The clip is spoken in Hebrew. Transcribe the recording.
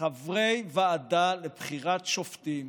חברי ועדה לבחירת שופטים